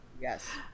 Yes